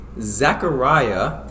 Zechariah